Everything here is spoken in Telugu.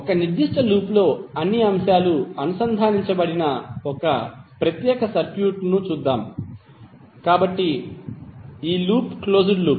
ఒక నిర్దిష్ట లూప్లో అన్ని అంశాలు అనుసంధానించబడిన ఈ ప్రత్యేక సర్క్యూట్ను చూద్దాం కాబట్టి ఈ లూప్ క్లోజ్డ్ లూప్